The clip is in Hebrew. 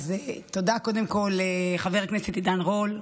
תודה קודם כול לחבר הכנסת עידן רול,